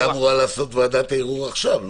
זה אמורה לעשות ועדת הערעור עכשיו.